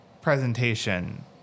presentation